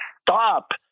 stop